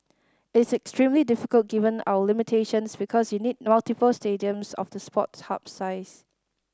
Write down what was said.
it is extremely difficult given our limitations because you need multiple stadiums of the Sports Hub size